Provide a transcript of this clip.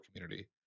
community